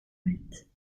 huit